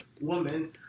woman